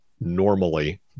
normally